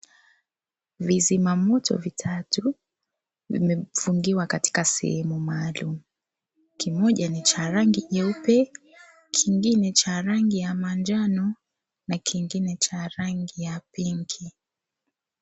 Vizima moto vitatu zimemfungiwa katika sehemu maalum. Kimoja ni cha rangi nyeupe, kingine cha rangi ya manjano na kingine cha rangi ya pinki.